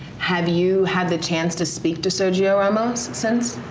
have you had the chance to speak to sergio ramos since?